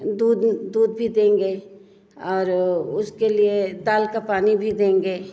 दूध दूध भी देंगे और उसके लिए दाल का पानी भी देंगे